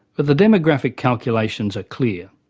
but the demographic calculations are clear.